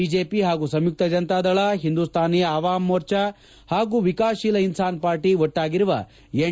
BJP ಹಾಗೂ ಸಂಯುಕ್ತ ಜನತಾದಳ ಹಿಂಧೂಸ್ತಾನಿ ಆವಾಮ್ ಮೋರ್ಚಾ ಹಾಗೂ Vikassheel Insaan party ಒಟ್ಟಾಗಿರುವ ಎನ್